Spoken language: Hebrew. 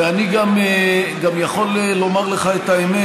ואני יכול לומר לך את האמת,